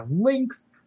links